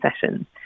sessions